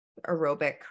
aerobic